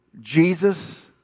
Jesus